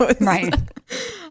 Right